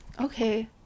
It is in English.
Okay